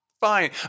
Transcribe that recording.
fine